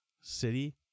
city